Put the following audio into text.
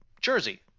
Jersey